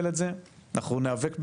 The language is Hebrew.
אנחנו ניאבק בזה,